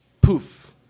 poof